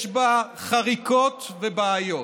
יש בה חריקות ובעיות.